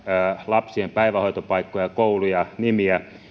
lapsien päivähoitopaikkoja kouluja nimiä